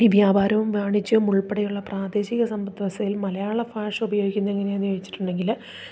ഈ വ്യാപാരവും വാണിജ്യവും ഉൾപ്പെടെയുള്ള പ്രാദേശിക സമ്പത്ത് വ്യവസ്ഥയിൽ മലയാള ഭാഷ ഉപയോഗിക്കുന്നത് എങ്ങനെയെന്നു ചോദിച്ചിട്ടുണ്ടെങ്കിൽ